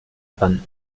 dran